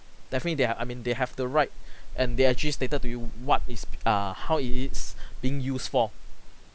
definitely they have I mean they have the right and they actually stated to you what is err how it is being used for